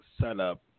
setup